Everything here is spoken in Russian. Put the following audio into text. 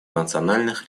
национальных